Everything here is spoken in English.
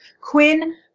Quinn